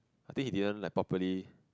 I think he didn't like properly